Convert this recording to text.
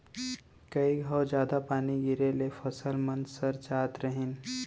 कई घौं जादा पानी गिरे ले फसल मन सर जात रहिन